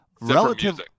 relative